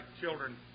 children